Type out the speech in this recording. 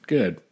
Good